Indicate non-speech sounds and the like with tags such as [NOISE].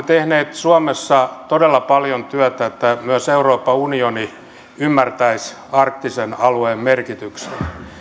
[UNINTELLIGIBLE] tehneet suomessa todella paljon työtä että myös euroopan unioni ymmärtäisi arktisen alueen merkityksen